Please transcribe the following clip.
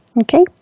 Okay